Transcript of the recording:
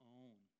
own